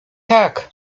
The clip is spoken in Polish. tak